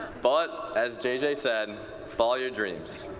but as jj said, follow your dreams.